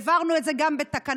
העברנו את זה גם בתקנות.